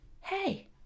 hey